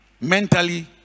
mentally